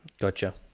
Gotcha